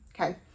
okay